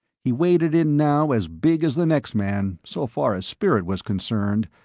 he waded in now as big as the next man so far as spirit was concerned,